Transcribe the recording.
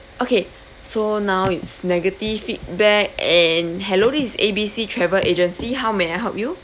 okay so now it's negative feedback and hello this is A B C travel agency how may I help you